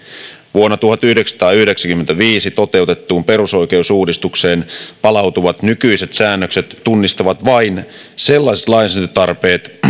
vuonna tuhatyhdeksänsataayhdeksänkymmentäviisi toteutettuun perusoikeusuudistukseen palautuvat nykyiset säännökset tunnistavat vain sellaiset lainsäädäntötarpeet